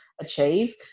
achieve